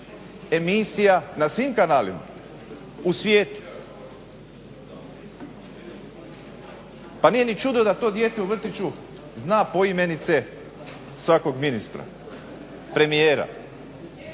emisija na svim kanalima u svijetu. Pa nije ni čudo da to dijete u vrtiću zna poimence svakog ministra, premijera.